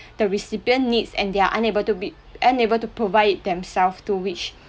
the recipient needs and they're unable to be unable to provide it themself to which